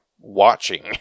watching